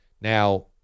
Now